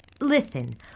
Listen